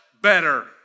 better